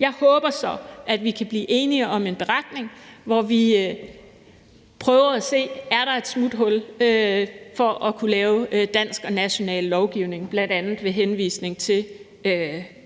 Jeg håber så, at vi kan blive enige om en beretning, hvor vi prøver at se, om der er et smuthul til at kunne lave dansk og national lovgivning, bl.a. med henvisning til